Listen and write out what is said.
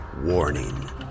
Warning